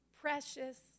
precious